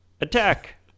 Attack